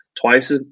twice